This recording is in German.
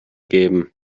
geben